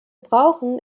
brauchen